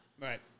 Right